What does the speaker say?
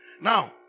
Now